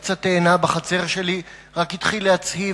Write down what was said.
עץ התאנה בחצר שלי רק התחיל להצהיב,